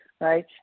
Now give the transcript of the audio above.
right